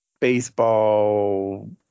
baseball